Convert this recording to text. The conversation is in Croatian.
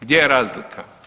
Gdje je razlika?